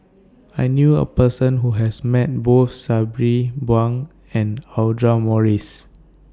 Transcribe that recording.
I knew A Person Who has Met Both Sabri Buang and Audra Morrice